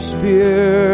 Spear